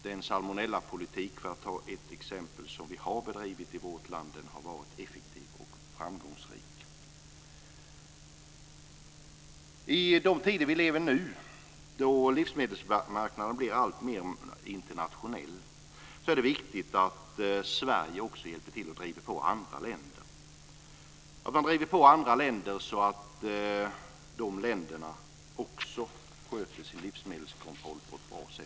Den salmonellapolitik som vi har bedrivit i vårt land - för att ta ett exempel - har varit effektiv och framgångsrik. I de tider vi lever nu, då livsmedelsmarknaden blir alltmer internationell, är det viktigt att Sverige också hjälper till att driva på andra länder. Sverige ska driva på andra länder så att också de länderna sköter sin livsmedelskontroll på ett bra sätt.